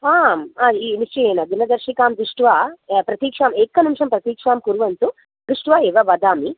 आम् निश्चयेन दिनदर्शिकां दृष्ट्वा प्रतीक्षाम् एकनिमेषं प्रतीक्षां कुर्वन्तु दृष्ट्वा एव वदामि